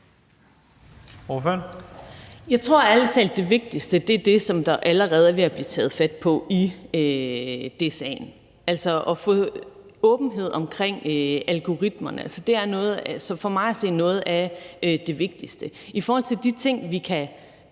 Jeg tror ærlig talt, det vigtigste er det, som allerede er ved at blive taget fat på i DSA'en, altså at få åbenhed omkring algoritmerne. Det er for mig at se noget af det vigtigste. I forhold til de ting, vi kan